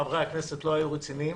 חברי הכנסת לא היו רציניים,